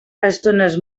estones